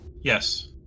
Yes